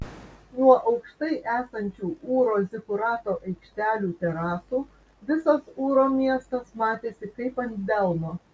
nuo aukštai esančių ūro zikurato aikštelių terasų visas ūro miestas matėsi kaip ant delno